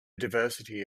diversity